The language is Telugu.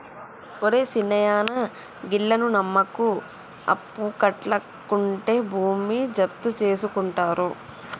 ఒరే సిన్నాయనా, గీళ్లను నమ్మకు, అప్పుకట్లకుంటే భూమి జప్తుజేసుకుంటరు